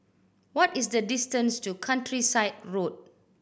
what is the distance to Countryside Road